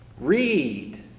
read